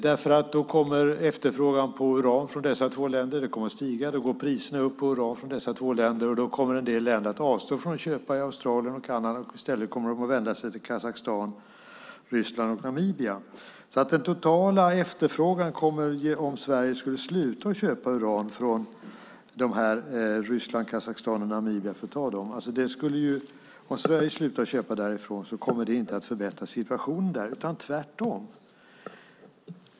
Då kommer efterfrågan på uran från dessa två länder att stiga. Priserna på uran från dessa två länder går upp, och då kommer en del länder att avstå från att köpa från Australien och Kanada och i stället vända sig till Kazakstan, Ryssland och Namibia. Om Sverige slutar köpa uran från Ryssland, Kazakstan och Namibia kommer det inte att förbättra situationen där, utan tvärtom.